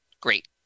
great